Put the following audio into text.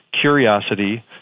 curiosity